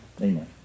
Amen